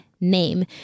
name